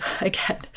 Again